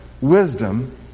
wisdom